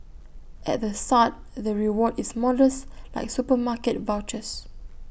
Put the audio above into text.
at the start the reward is modest like supermarket vouchers